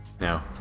No